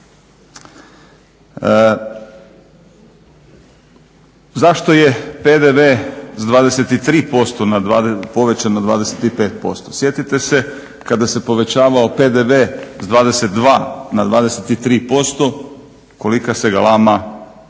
Zašto je PDV s 23% povećan na 25%? Sjetite se kada se povećavao PDV sa 22 na 23% kolika se galama